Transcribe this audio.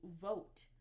vote